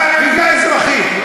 חקיקה אזרחית.